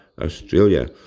Australia